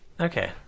Okay